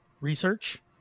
research